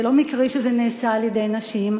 זה לא מקרי שזה נעשה על-ידי נשים.